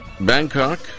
Bangkok